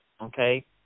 Okay